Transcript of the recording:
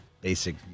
basic